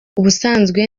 ubusanzwe